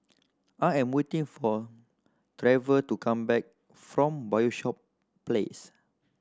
I am waiting for Trever to come back from Bishop Place